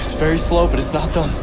very slow but it's not dumb.